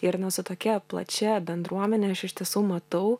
ir na su tokia plačia bendruomene aš iš tiesų matau